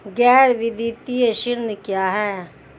गैर वित्तीय ऋण क्या है?